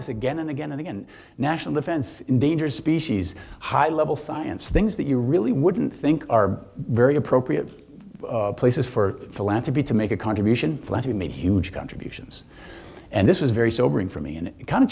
this again and again and again national defense endangered species high level science things that you really wouldn't think are very appropriate places for philanthropy to make a contribution to make huge contributions and this was very sobering for me and it kind